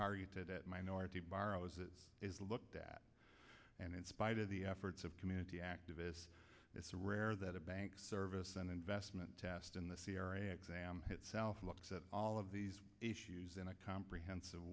targeted at minority borrowers it is looked at and in spite of the efforts of community activists it's rare that a bank service and investment test in the c r a exam itself looks at all of these issues in a comprehensive